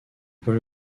poche